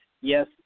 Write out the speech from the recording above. yes